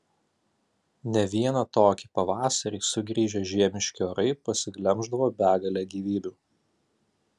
ne vieną tokį pavasarį sugrįžę žiemiški orai pasiglemždavo begalę gyvybių